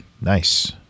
nice